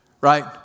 right